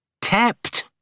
Tapped